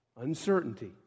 Uncertainty